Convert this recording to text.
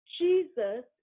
Jesus